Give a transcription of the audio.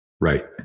Right